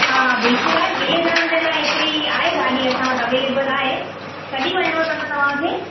हा हा बिल्कुलु आहे वीह ॼणण जे लाइ हिकिड़ी आहे गाॾी असां वटि अवेलेबिल आहे कॾहिं वञिणो अथव तव्हांखे